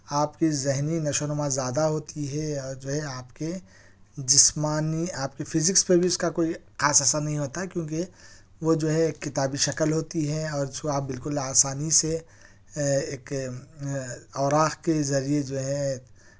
آپ کی ذہنی نشو و نما زیادہ ہوتی ہے اور جو ہے آپ کے جسمانی آپ کے فزکس پہ بھی اس کا کوئی خاص اثر نہیں ہوتا ہے کیوںکہ وہ جو ہے ایک کتابی شکل ہوتی ہے اور اس کو آپ بالکل آسانی سے ایک اوراق کے ذریعے جو ہے